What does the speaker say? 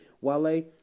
Wale